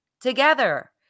together